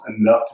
enough